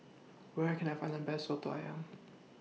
Where Can I Find The Best Soto Ayam